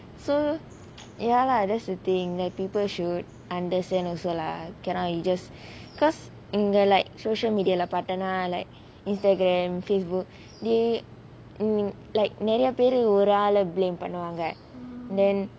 so ya lah that's the thing that people should understand also lah cannot you just because anger like social media பிரதான:prathanaa like Instagram Facebook they mm like நெறய பேரு ஒரு ஆள பழி பண்ணுவாங்க:neraya paeru oru aala pazhi panuvaanga then